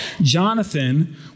Jonathan